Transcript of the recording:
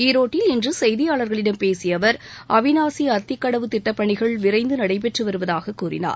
ஈரோட்டில் இன்று செய்தியாளர்களிடம் பேசிய அவர் அவிநாசி அத்திக்கடவு திட்டப் பணிகள் விரைந்து நடைபெற்று வருவதாகக் கூறினார்